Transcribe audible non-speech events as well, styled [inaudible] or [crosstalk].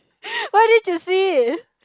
[breath] why didn't you see it